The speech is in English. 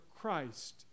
Christ